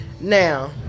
Now